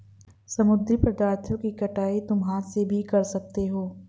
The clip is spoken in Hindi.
समुद्री पदार्थों की कटाई तुम हाथ से भी कर सकते हो